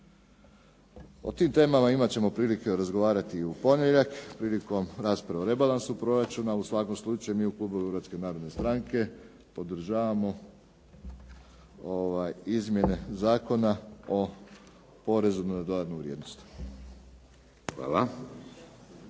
O tim temama imat ćemo prilike razgovarati i u ponedjeljak, prilikom rasprave o rebalansu proračuna. U svakom slučaju mi u klubu Hrvatske narodne stranke podržavamo izmjene Zakona o porezu na dodanu vrijednost.